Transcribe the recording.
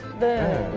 the